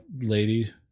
lady